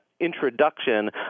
introduction